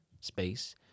space